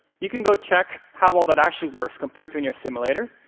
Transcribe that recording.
you can go check how well that actually works compared to in your simulator.